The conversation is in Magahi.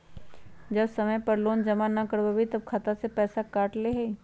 जब समय पर लोन जमा न करवई तब खाता में से पईसा काट लेहई?